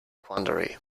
quandary